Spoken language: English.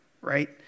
right